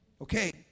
Okay